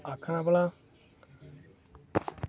आक्खा दा